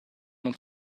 non